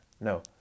No